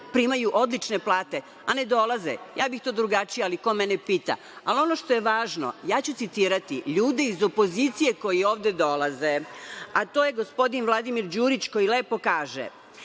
primaju odlične plate a ne dolaze. Ja bih to drugačije, ali ko mene pita. Ono što je važno, ja ću citirati ljude iz opozicije koji ovde dolaze, a to je gospodin Vladimir Đurić koji lepo kaže,